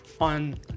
on